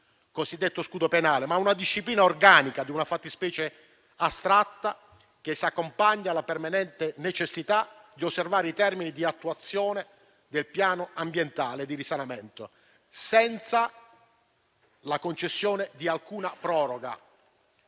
cosiddetto scudo penale), ma una disciplina organica di una fattispecie astratta che si accompagna alla permanente necessità di osservare i termini di attuazione del piano ambientale di risanamento, senza la concessione di alcuna proroga,